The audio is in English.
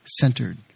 centered